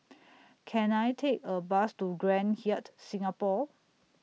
Can I Take A Bus to Grand Hyatt Singapore